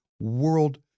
world